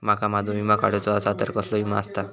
माका माझो विमा काडुचो असा तर कसलो विमा आस्ता?